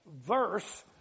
verse